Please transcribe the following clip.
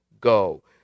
go